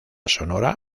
sonora